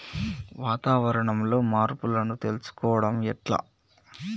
వాతావరణంలో మార్పులను తెలుసుకోవడం ఎట్ల?